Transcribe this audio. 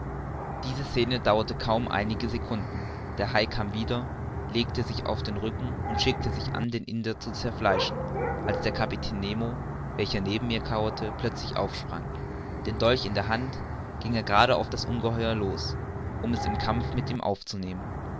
diese scene dauerte kaum einige secunden der hai kam wieder legte sich auf den rücken und schickte sich an den indier zu zerfleischen als der kapitän nemo welcher neben mir kauerte plötzlich aufsprang den dolch in der hand ging er gerade auf das ungeheuer los um es im kampf mit ihm aufzunehmen